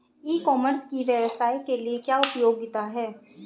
ई commerce की व्यवसाय के लिए क्या उपयोगिता है?